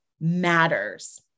matters